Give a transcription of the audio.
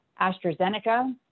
AstraZeneca